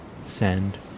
send